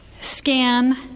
Scan